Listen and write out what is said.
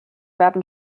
werden